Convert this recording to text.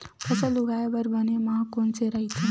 फसल उगाये बर बने माह कोन से राइथे?